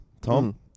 Tom